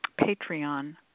Patreon